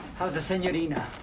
how's the signorina?